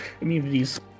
immunities